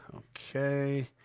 ok,